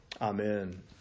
Amen